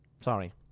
Sorry